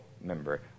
member